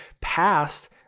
passed